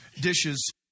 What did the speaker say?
dishes